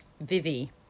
Vivi